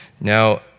Now